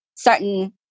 Certain